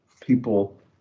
people